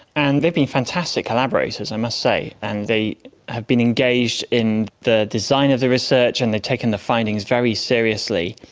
and they've been fantastic collaborators, i must say, and they have been engaged in the design of the research and they've taken the findings very seriously.